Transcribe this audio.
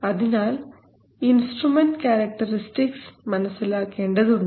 അതിനാൽ instrument characteristics മനസ്സിലാക്കേണ്ടതുണ്ട്